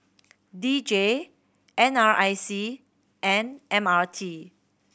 D J N R I C and M R T